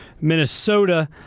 Minnesota